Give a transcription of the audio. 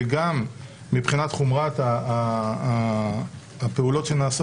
וגם מבחינת חומרת הפעולות שנעשות.